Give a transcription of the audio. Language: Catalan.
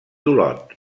olot